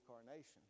incarnation